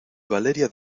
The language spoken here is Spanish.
valeria